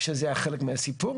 שזה חלק מהסיפור.